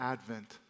Advent